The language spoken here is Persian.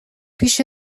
پیش